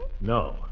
No